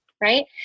Right